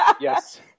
Yes